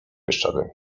bieszczady